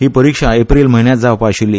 ही परीक्षा एप्रिल म्हयन्यात जावपा आशिल्ली